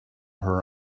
her